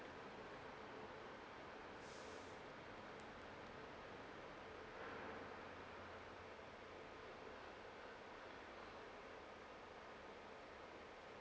up